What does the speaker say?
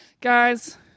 Guys